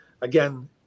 again